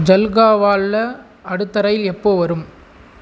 ஜல்காவாலில் அடுத்த ரயில் எப்போது வரும்